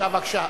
בבקשה.